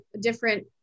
different